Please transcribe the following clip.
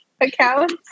accounts